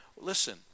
Listen